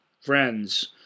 friends